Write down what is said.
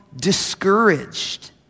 discouraged